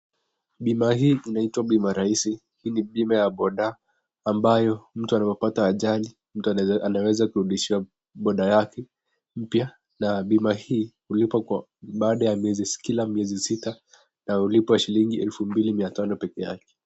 Bima hii inaitwa bima rahisi ,hii ni bima ya boda ambayo mtu anapopata ajali mtu anaweza kurudishiwa boda yake mpya na bima hii hulipwa baada ya kila miezi sita na hulipwa shilingi elfu mbili mia tano pekee yake.